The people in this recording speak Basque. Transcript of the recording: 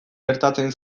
gertatzen